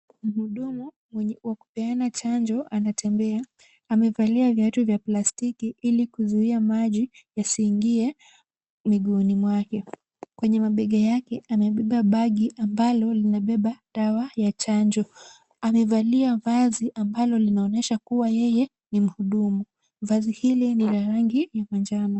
Mhudumu wa kupeana chanjo anatembea. Amevalia viatu vya plastiki ili kuzuia maji yasiingie miguuni mwake. Kwenye mabega yake amebeba bagi ambalo limebeba dawa ya chanjo. Amevalia vazi ambalo linaonyesha kuwa yeye ni mhudumu. Vazi hili ni la rangi ya manjano.